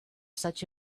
such